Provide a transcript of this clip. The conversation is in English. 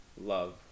Love